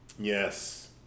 Yes